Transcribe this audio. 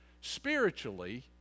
spiritually